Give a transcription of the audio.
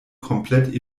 komplett